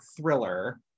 thriller